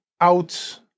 out